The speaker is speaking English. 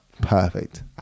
Perfect